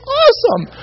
awesome